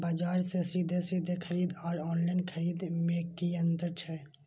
बजार से सीधे सीधे खरीद आर ऑनलाइन खरीद में की अंतर छै?